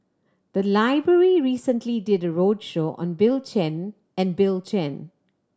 the library recently did a roadshow on Bill Chen and Bill Chen